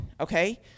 okay